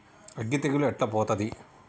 అగ్గి తెగులు ఎట్లా పోతది?